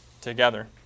together